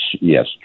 yes